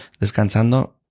descansando